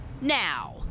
now